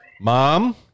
mom